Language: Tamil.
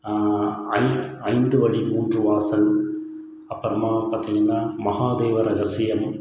ஐ ஐந்து வழி மூன்று வாசல் அப்புறமா பார்த்திங்கனா மஹாதேவ ரகசியம்